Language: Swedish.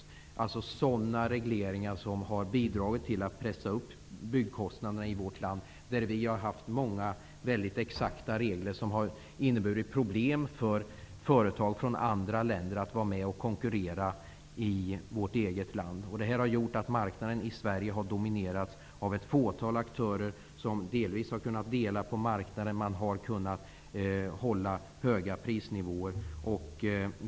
Det gäller då sådana regleringar som har bidragit till att byggkostnaderna har pressats upp i vårt land. Vi har ju haft många och väldigt exakta regler som har inneburit problem för företag från andra länder när det gällt att vara med och konkurrera i vårt land. Detta har gjort att marknaden i Sverige har dominerats av ett fåtal aktörer som delvis har kunnat dela på marknaden. Man har kunnat hålla höga prisnivåer.